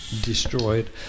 destroyed